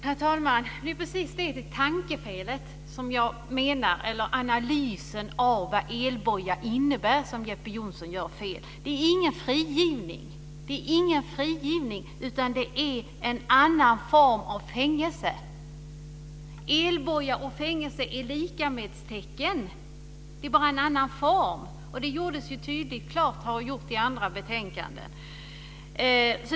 Herr talman! Det är precis det tankefel, eller fel i analysen av vad elboja innebär, som jag menar att Jeppe Johnsson gör. Det är ingen frigivning, utan det är en annan form av fängelse. Det står ett likamedstecken mellan elboja och fängelse. Det är bara en annan form. Det har tydligt klargjorts i andra betänkanden.